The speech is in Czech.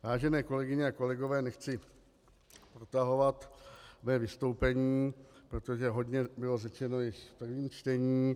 Vážené kolegyně a kolegové, nechci protahovat své vystoupení, protože hodně bylo řečeno již v prvním čtení.